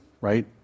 right